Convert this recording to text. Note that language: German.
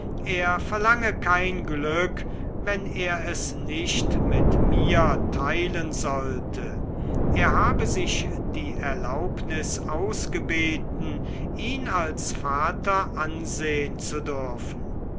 er verlange kein glück wenn er es nicht mit mir teilen sollte er habe sich die erlaubnis ausgebeten ihn als vater ansehen zu dürfen